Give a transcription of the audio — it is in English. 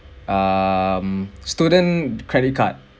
um student credit card